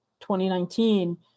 2019